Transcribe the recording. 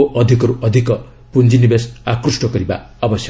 ଏବଂ ଅଧିକର୍ ଅଧିକ ପୁଞ୍ଜି ନିବେଶ ଆକୃଷ୍ଟ କରିବା ଆବଶ୍ୟକ